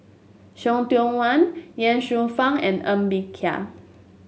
See Tiong Wah Ye Shufang and Ng Bee Kia